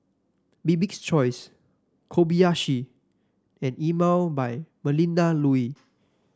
Bibik's Choice Kobayashi and Emel by Melinda Looi